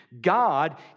God